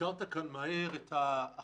והזכרת כאן מהר את ההחלטה